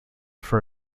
for